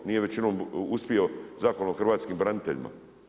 Nije većinom uspio Zakon o hrvatskim braniteljima.